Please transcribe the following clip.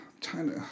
China